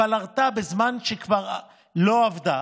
אבל הרתה בזמן שכבר לא עבדה